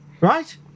right